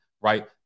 right